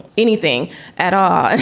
anything at all.